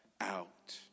out